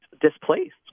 displaced